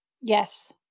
Yes